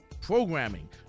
programming